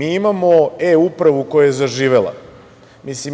imamo e-Upravu koja je zaživela.